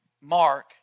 Mark